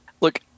Look